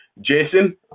Jason